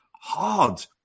hard